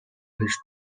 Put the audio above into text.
his